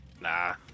Nah